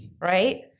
Right